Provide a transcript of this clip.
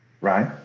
right